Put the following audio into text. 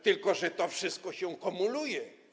Tylko że to wszystko się kumuluje.